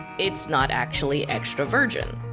it's not actually extra virgin.